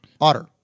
otter